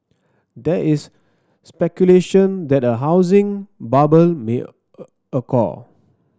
there is speculation that a housing bubble may occur